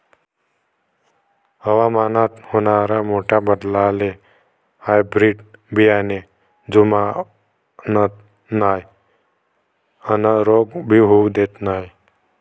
हवामानात होनाऱ्या मोठ्या बदलाले हायब्रीड बियाने जुमानत नाय अन रोग भी होऊ देत नाय